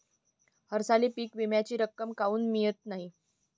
हरसाली पीक विम्याची रक्कम काऊन मियत नाई?